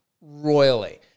royally